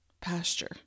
pasture